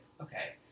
okay